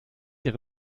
ihre